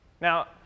Now